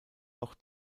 noch